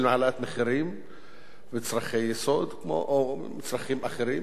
מחירים של מצרכי יסוד או מצרכים אחרים,